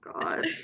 god